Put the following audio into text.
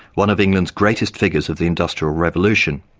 one of england's greatest figures of the industrial revolution,